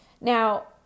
now